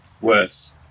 worse